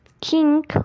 King